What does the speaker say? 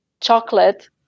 chocolate